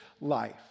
life